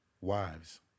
Wives